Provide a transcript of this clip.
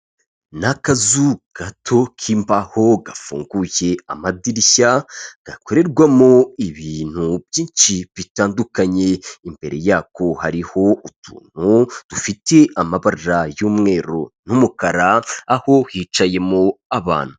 Ni akazu gato k'imbaho gafunguye amadirishya gakorerwamo ibintu byinshi bitandukanye, imbere yako hariho utuntu dufite amabara y'umweru n'umukara aho hicayemo abantu.